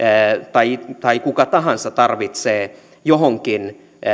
tai tai kuka tahansa tarvitsee johonkin